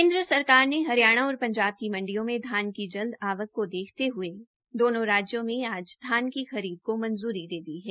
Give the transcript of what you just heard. केन्द्र सरकार ने हरियाणा और पंजाब की मण्डियों में धान की जल्द आवक को देखते हुए दोनो राज्यों में आज से धान की खरीद को मंजूरी दे दी है